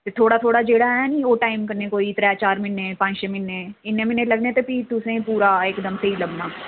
ते थोह्ड़ा थोह्ड़ा जेह्ड़ा है नी ओह् टाईम कन्नै कोई त्रै चार म्हीने पं'ञ छेह् म्हीने इ'न्ने म्हीनै लग्गने ते भी तुसें गी पूरा इकदम स्हेई लब्भना